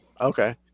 Okay